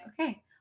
okay